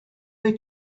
they